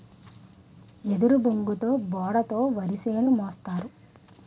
ఎదురుబొంగుతో బోడ తో వరిసేను మోస్తారు